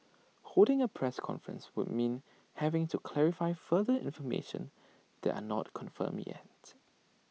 holding A press conference would mean having to clarify further information that are not confirmed yet